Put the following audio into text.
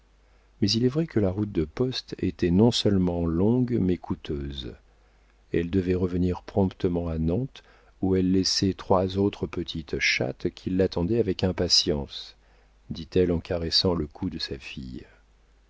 mais il est vrai que la route de poste était non-seulement longue mais coûteuse elle devait revenir promptement à nantes où elle laissait trois autres petites chattes qui l'attendaient avec impatience dit-elle en caressant le cou de sa fille